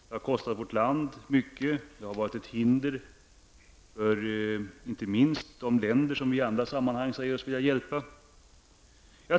Den har kostat vårt land mycket, och den har varit ett hinder inte minst för de länder som vi i andra sammanhang säger oss vilja hjälpa.